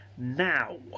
now